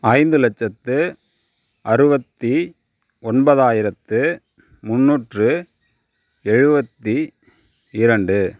ஐந்து லட்சத்து அறுபத்தி ஒன்பதாயிரத்து முன்னூற்று எழுபத்தி இரண்டு